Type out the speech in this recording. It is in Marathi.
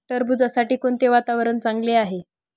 टरबूजासाठी कोणते वातावरण चांगले आहे?